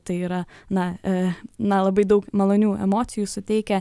tai yra na na labai daug malonių emocijų suteikia